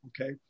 okay